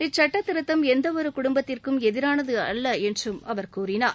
இச்சுட்டத் திருத்தம் எந்த ஒரு குடும்பத்திற்கும் எதிரானது அல்ல என்றும் அவர் கூறினார்